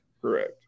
Correct